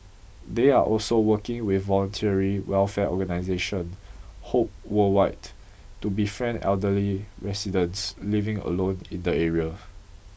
they are also working with voluntary welfare organisation Hope Worldwide to befriend elderly residents living alone in the area